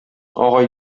агай